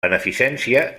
beneficència